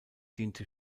diente